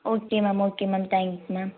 okay ma'am okay ma'am thanks ma'am